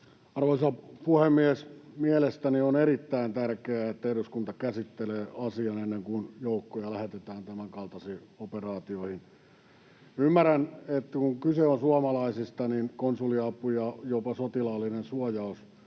Arvoisa puhemies! Mielestäni on erittäin tärkeää, että eduskunta käsittelee asian ennen kuin joukkoja lähetetään tämänkaltaisiin operaatioihin. Ymmärrän, että kun kyse on suomalaisista, niin konsuliapu ja jopa sotilaallinen suojaus